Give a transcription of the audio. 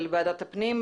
אל ועדת הפנים,